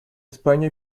españa